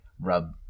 rub